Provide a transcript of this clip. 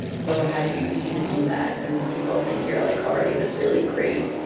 so how do you even do that when people think you're, like, already this really great,